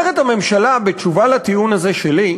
אומרת הממשלה בתשובה לטיעון הזה שלי,